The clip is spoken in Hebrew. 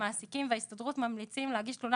המעסיקים וההסתדרות ממליצים להגיש תלונה